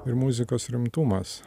ir muzikos rimtumas